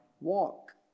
walk